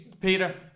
Peter